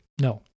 No